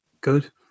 good